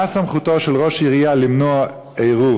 מה היא סמכותו של ראש עירייה למנוע עירוב